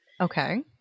Okay